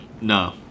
no